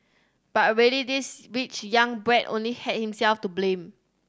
but really this rich young brat only had himself to blame